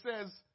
says